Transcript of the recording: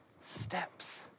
steps